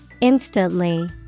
Instantly